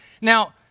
Now